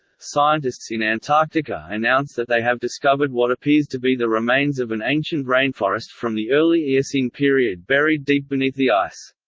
scientists in antarctica announce that they have discovered what appears to be the remains of an ancient rainforest from the early eocene period buried deep beneath the ice.